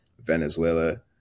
Venezuela